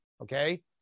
Okay